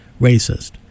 racist